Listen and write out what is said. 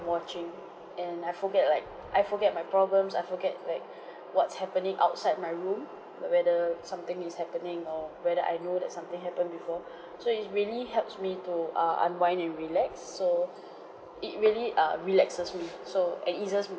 watching and I forget like I forget my problems I forget like what's happening outside my room like whether something is happening or whether I know that something happened before so it's really helps me to err unwind and relax so it really err relaxes me so and eases